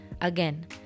Again